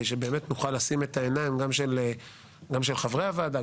שבאמת נוכל לשים את העיניים של חברי הוועדה,